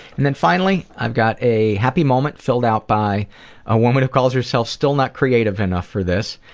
and then finally i've got a happy moment filled out by a woman who calls herself still not creative enough for this.